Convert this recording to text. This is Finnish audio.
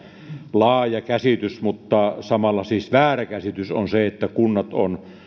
laaja käsitys mutta samalla siis väärä käsitys on että kunnat on